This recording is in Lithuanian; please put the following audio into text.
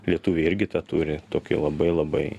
lietuviai irgi tą turi tokį labai labai